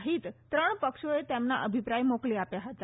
સહિત ત્રણ પક્ષોએ તેમના અભિપ્રાય મોકલી આપ્યા હતા